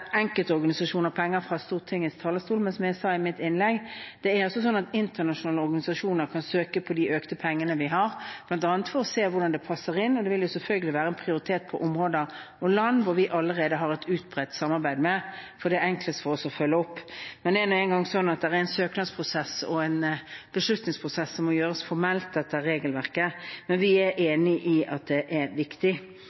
enkeltorganisasjoner penger fra Stortingets talerstol, men som jeg sa i mitt innlegg, er det altså sånn at internasjonale organisasjoner kan søke på de økte midlene vi har, bl.a. for å se hvordan det passer inn, og det vil selvfølgelig være en prioritet på områder og land som vi allerede har et utbredt samarbeid med, for det er enklest for oss å følge opp. Men det er nå engang sånn at det er en søknadsprosess og en beslutningsprosess som må følges formelt etter regelverket. Men vi er